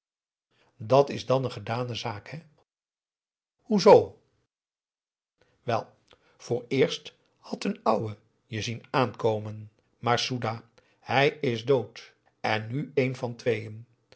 dat is dan een gedane zaak hè hoezoo wel vooreerst had de n ouwe je zien aankomen maar soedah hij is dood en nu een van tweeën